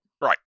Right